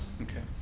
okay.